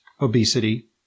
obesity